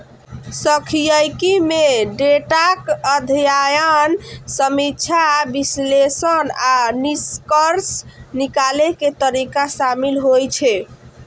सांख्यिकी मे डेटाक अध्ययन, समीक्षा, विश्लेषण आ निष्कर्ष निकालै के तरीका शामिल होइ छै